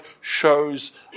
shows